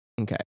Okay